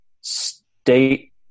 state